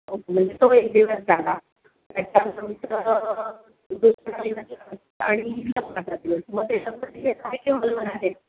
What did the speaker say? okay म्हणजे तो एक दिवस झाला त्याच्यानंतर दुसरा दिवस आणि